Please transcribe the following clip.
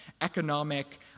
economic